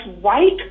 white